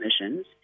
emissions